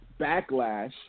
backlash